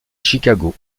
chicago